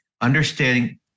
Understanding